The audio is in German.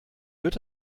wird